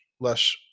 less